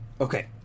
Okay